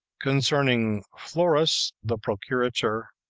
concerning florus the procurator,